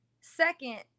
Second